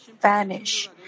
vanish